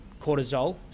cortisol